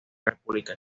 república